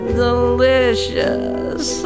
delicious